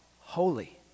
holy